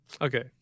okay